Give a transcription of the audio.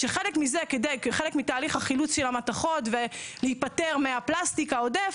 שחלק מזה כחלק מתהליך החילוץ של המתכות ולהיפטר מהפלסטיק העודף,